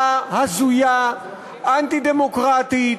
או שאתם לא מאמינים במשטרה הצבאית?